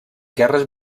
guerres